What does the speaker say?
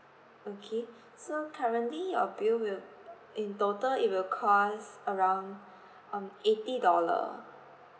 okay so currently your bill will in total it will cost around um eighty dollar